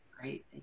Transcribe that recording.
Great